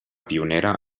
pionera